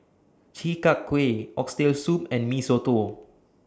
Chi Kak Kuih Oxtail Soup and Mee Soto